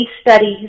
studies